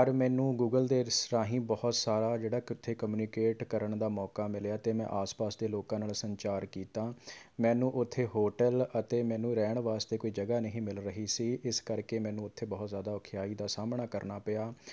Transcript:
ਪਰ ਮੈਨੂੰ ਗੁਗਲ ਦੇ ਸ ਰਾਹੀਂ ਬਹੁਤ ਸਾਰਾ ਜਿਹੜਾ ਕਿ ਉੱਥੇ ਕਮਿਊਨੀਕੇਟ ਕਰਨ ਦਾ ਮੌਕਾ ਮਿਲਿਆ ਅਤੇ ਮੈਂ ਆਸ ਪਾਸ ਦੇ ਲੋਕਾਂ ਨਾਲ ਸੰਚਾਰ ਕੀਤਾ ਮੈਨੂੰ ਉੱਥੇ ਹੋਟਲ ਅਤੇ ਮੈਨੂੰ ਰਹਿਣ ਵਾਸਤੇ ਕੋਈ ਜਗ੍ਹਾ ਨਹੀਂ ਮਿਲ ਰਹੀ ਸੀ ਇਸ ਕਰਕੇ ਮੈਨੂੰ ਉੱਥੇ ਬਹੁਤ ਜ਼ਿਆਦਾ ਔਖਿਆਈ ਦਾ ਸਾਹਮਣਾ ਕਰਨਾ ਪਿਆ